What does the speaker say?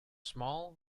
small